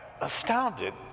astounded